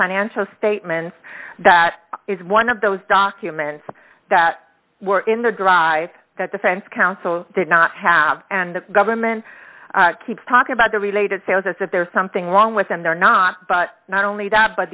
financial statements that is one of those documents that were in the drive that defense counsel did not have and the government keeps talking about the related sales as if there's something wrong with them they're not but not only that but